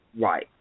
Right